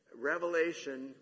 Revelation